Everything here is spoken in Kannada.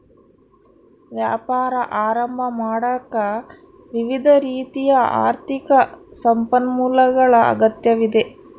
ವ್ಯಾಪಾರ ಆರಂಭ ಮಾಡಾಕ ವಿವಿಧ ರೀತಿಯ ಆರ್ಥಿಕ ಸಂಪನ್ಮೂಲಗಳ ಅಗತ್ಯವಿದೆ